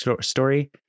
story